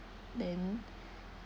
then